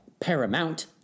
Paramount